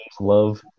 love